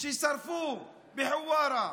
ששרפו בחווארה,